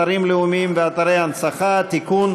אתרים לאומיים ואתרי הנצחה (תיקון,